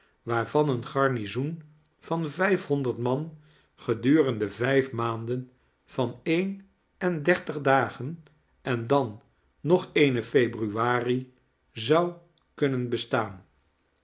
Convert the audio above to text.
waarvan een garniaoen van vijf honderd man geduxende vijf maanden van een en dertig dagen en dan nog eene februari zou kunnen bestaan